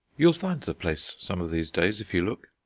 you'll find the place some of these days if you look.